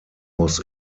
was